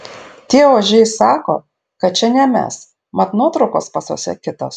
tie ožiai sako kad čia ne mes mat nuotraukos pasuose kitos